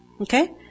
Okay